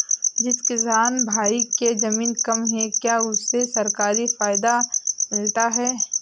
जिस किसान भाई के ज़मीन कम है क्या उसे सरकारी फायदा मिलता है?